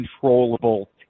controllable